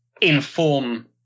inform